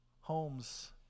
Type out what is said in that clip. homes